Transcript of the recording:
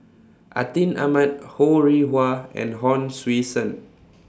Atin Amat Ho Rih Hwa and Hon Sui Sen